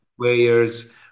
players